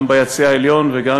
גם ביציע העליון וגם,